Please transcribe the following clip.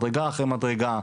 מדרגה אחרי מדרגה,